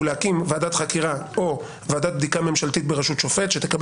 ולהקים ועדת חקירה או ועדת בדיקה ממשלתית בראשות שופט שתקבל